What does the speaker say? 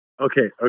okay